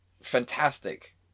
fantastic